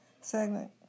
segment